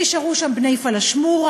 שנשארו שם בני פלאשמורה,